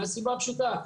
מהסיבה הפשוטה.